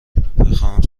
بخواهم